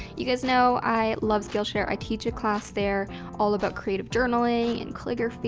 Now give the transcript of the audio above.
you guys know i love skillshare. i teach a class there all about creative journaling and calligraphy